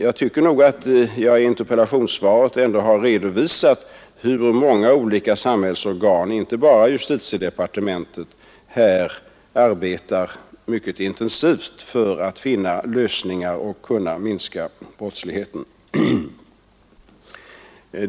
Jag tycker nog att jag i mitt interpellationssvar ändå har redovisat hur många olika samhällsorgan, inte bara justitiedepartementet, arbetar mycket intensivt för att finna lösningar i syfte att minska brottsligheten.